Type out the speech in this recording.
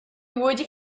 wedi